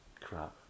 crap